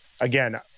again